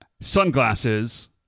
Sunglasses